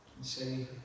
say